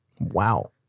Wow